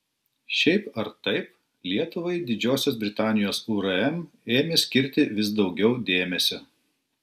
šiaip ar taip lietuvai didžiosios britanijos urm ėmė skirti vis daugiau dėmesio